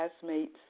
classmates